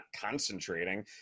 concentrating